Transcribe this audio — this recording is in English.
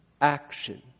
action